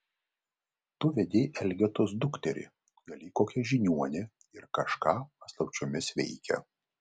tu vedei elgetos dukterį gal ji kokia žiniuonė ir kažką paslapčiomis veikia